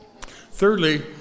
Thirdly